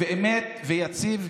ואמת ויציב,